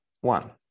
one